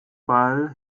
ball